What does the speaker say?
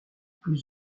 plus